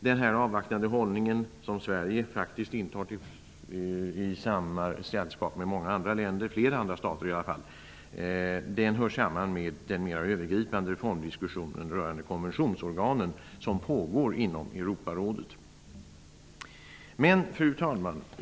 Den avvaktande hållning som Sverige faktiskt intar i sällskap med flera andra stater hör samman med den mer övergripande reformdiskussion rörande konventionsorganen som pågår inom Europarådet. Fru talman!